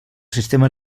sistema